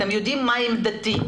אתם יודעים מה עמדתי,